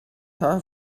her